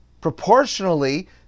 proportionally